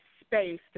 space